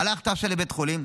הלכת עכשיו לבית חולים,